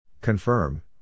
Confirm